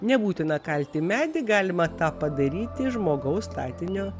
nebūtina kalti medį galima tą padaryti žmogaus statinio